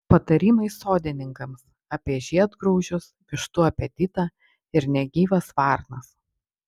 patarimai sodininkams apie žiedgraužius vištų apetitą ir negyvas varnas